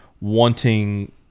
wanting